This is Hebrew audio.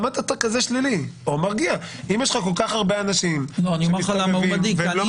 אם יש לך כל כך הרבה אנשים שמסתובבים והם לא